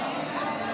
רגע,